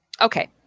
Okay